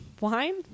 Wine